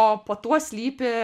o po tuo slypi